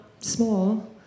small